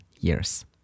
years